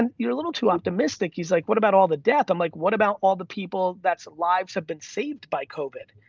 and you're a little too optimistic, like what about all the death? i'm like, what about all the people that's lives have been saved by covid?